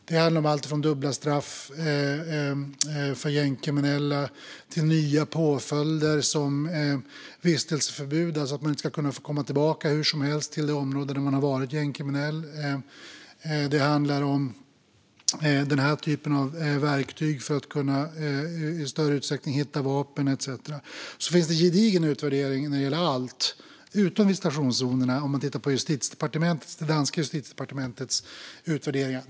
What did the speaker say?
Det handlar om alltifrån dubbla straff för gängkriminella till nya påföljder som vistelseförbud, alltså att man inte ska kunna få komma tillbaka hur som helst till det område där man har varit gängkriminell, och om verktyg för att i större utsträckning kunna hitta vapen etcetera. Det finns gedigna utvärderingar gjorda av det danska justitiedepartementet när det gäller allt utom visitationszonerna.